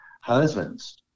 Husbands